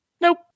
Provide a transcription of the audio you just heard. nope